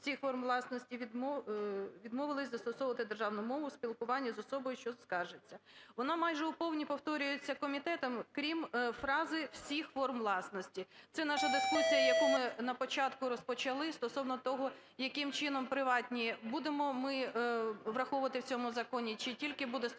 Вона майже вповні повторюється комітетом, крім фрази "всіх форм власності". Це наша дискусія, яку ми на початку розпочали, стосовно того, яким чином: приватні будемо ми враховувати в цьому законі чи тільки буде стосуватись